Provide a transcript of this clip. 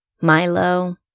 Milo